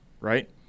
right